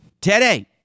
Today